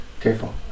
careful